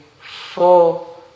four